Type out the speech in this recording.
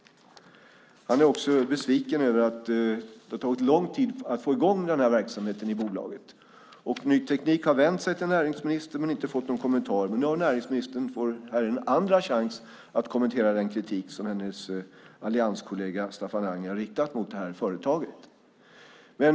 Han är också besviken över att det har tagit lång tid att få i gång verksamheten i bolaget. Ny Teknik har vänt sig till näringsministern men inte fått någon kommentar. Nu får näringsministern här en andra chans att kommentera den kritik som hennes allianskollega Staffan Anger har riktat mot det här företaget.